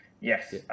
yes